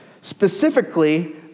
specifically